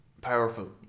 powerful